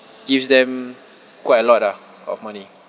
gives them quite a lot ah of money